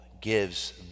gives